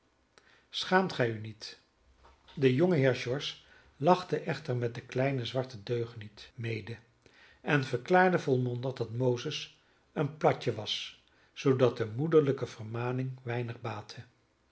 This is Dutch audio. schaamt gij u niet de jongeheer george lachte echter met den kleinen zwarten deugniet mede en verklaarde volmondig dat mozes een platje was zoodat de moederlijke vermaning weinig